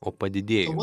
o padidėjo